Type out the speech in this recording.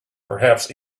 perhaps